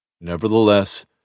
Nevertheless